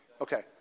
Okay